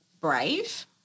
brave